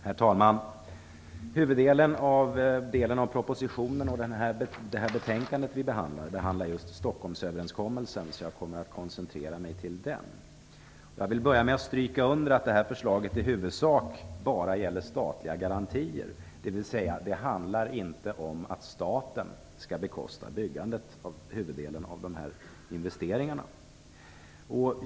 Herr talman! Huvuddelen av den del av propositionen och det betänkande vi behandlar handlar om Stockholmsöverenskommelsen, så jag kommer att koncentrera mig till den. Jag vill börja med att stryka under att förslaget i huvudsak gäller statliga garantier, dvs. att det inte handlar om att staten skall bekosta huvuddelen av dessa investeringar.